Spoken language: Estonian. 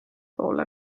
poole